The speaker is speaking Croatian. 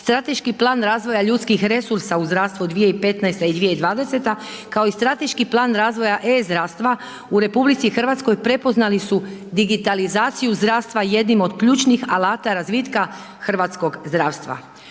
Strateški plan razvoja ljudskih resursa u zdravstvu 2015.-2020. kao i Strateški plan razvoja e-zdravstva u RH prepoznali su digitalizaciju zdravstva jednim od ključnih alata razvitka hrvatskog zdravstva.